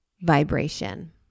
vibration